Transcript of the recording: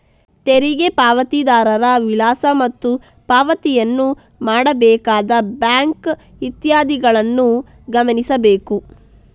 ತೆರಿಗೆ ಪಾವತಿದಾರರ ವಿಳಾಸ ಮತ್ತು ಪಾವತಿಯನ್ನು ಮಾಡಬೇಕಾದ ಬ್ಯಾಂಕ್ ಇತ್ಯಾದಿಗಳನ್ನು ಗಮನಿಸಬೇಕು